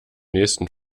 nächsten